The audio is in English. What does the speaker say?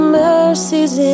mercies